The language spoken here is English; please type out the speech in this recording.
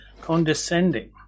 Condescending